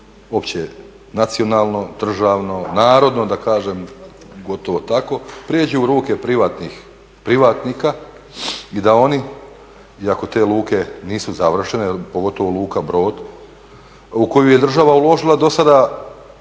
općenacionalno, državno, narodno da kažem gotovo tako, prijeđe u ruke privatnika i da oni, iako te luke nisu završene pogotovo Luka Brod, u koju je država uložila do sada